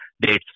dates